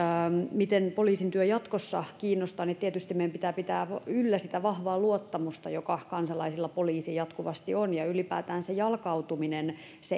miten poliisin työ jatkossa kiinnostaa tietysti meidän pitää pitää yllä sitä vahvaa luottamusta joka kansalaisilla poliisiin jatkuvasti on ylipäätään jalkautuminen